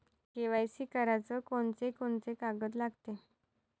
KYC कराच कोनचे कोनचे कागद लागते?